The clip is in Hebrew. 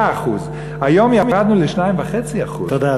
ויותר היה 5%; היום ירדנו ל-2.5% תודה,